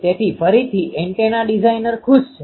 તેનો અર્થ એ કે ખરેખર તે અચળ છે અને તે થીટાનું ફંક્શન છે